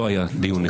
לא היה דיון.